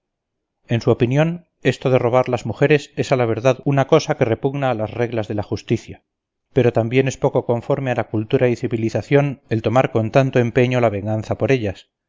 en su opinión esto de robar las mujeres es a la verdad una cosa que repugna a las reglas de la justicia pero también es poco conforme a la cultura y civilización el tomar con tanto empeño la venganza por ellas